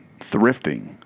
thrifting